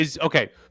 Okay